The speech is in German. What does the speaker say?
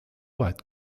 weit